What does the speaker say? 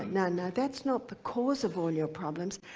no, no, that's not the cause of all your problems.